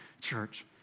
church